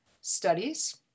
Studies